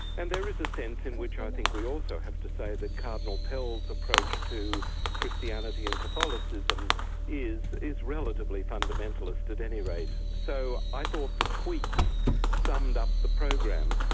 and there is a sense in which i think we also have to say that cardinal pell's approach to christianity and catholicism is, is relatively fundamentalist at any rate. so i thought the tweets summed up the program.